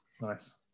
Nice